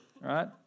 Right